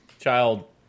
child